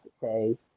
say